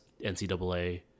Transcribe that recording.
NCAA